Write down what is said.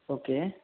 okay